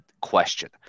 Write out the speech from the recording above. question